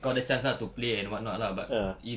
kau ada chance ah to play and whatnot lah but if